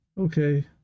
Okay